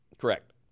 Correct